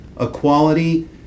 equality